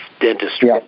dentistry